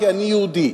כי אני יהודי.